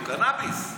הקנביס?